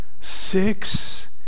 six